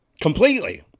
completely